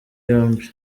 yombi